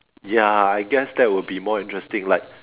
ya I guess that will be more interesting like